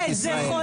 זה חולה, זה חולה.